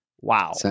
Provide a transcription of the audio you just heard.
Wow